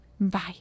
Bye